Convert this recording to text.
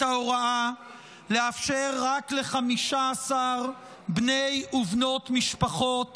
ההוראה לאפשר רק ל-15 בני ובנות משפחות